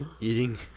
Eating